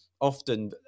often